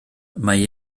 mae